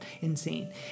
insane